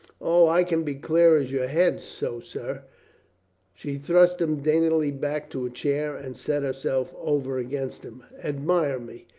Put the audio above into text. o, i can be clear as your head. so, sir she thrust him daintily back to a chair and set herself over against him. admire me!